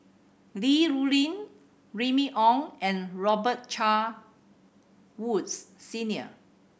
Li Rulin Remy Ong and Robet Carr Woods Senior